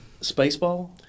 Spaceball